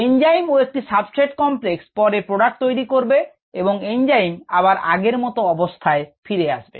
enzyme ও একটি substrate complex পরে প্রোডাক্ট তৈরি করবে ও এঞ্জাইম আবার আগের অবস্তায় ফিরে আসবে